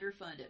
underfunded